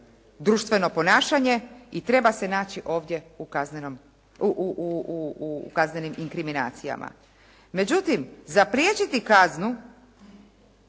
društveno ponašanje i treba se naći ovdje u kaznenim inkriminacijama. Međutim, zapriječiti kaznu